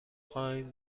خواهیم